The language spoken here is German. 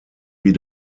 wie